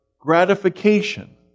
gratification